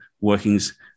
workings